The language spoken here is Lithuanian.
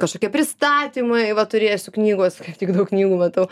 kažkokie pristatymai va turėsiu knygos tik daug knygų matau